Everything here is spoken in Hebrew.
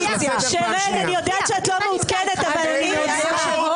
אני יודעת שאת לא מעודכנת --- לימור,